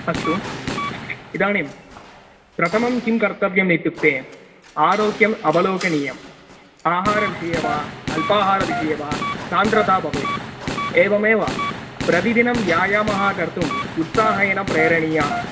अस्तु इदानीं प्रथमं किं कर्तव्यमित्युक्ते आरोग्यम् अवलोकनीयम् आहारविषये वा अल्पाहारविषये वा सान्द्रता भवेत् एवमेव प्रतिदिनं व्यायामः कर्तुम् उत्साहेन प्रेरणीया